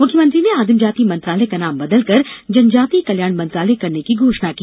मुख्यमंत्री ने आदिम जाति मंत्रालय का नाम बदलकर जनजातीय कल्याण मंत्रालय करने की घोषणा की